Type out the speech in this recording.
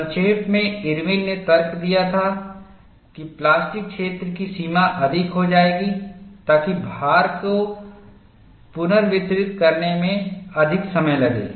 संक्षेप मेंइरविन ने तर्क दिया कि प्लास्टिक क्षेत्र की सीमा अधिक हो जाएगी ताकि भार को पुनर्वितरित करने में अधिक समय लगे